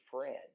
friend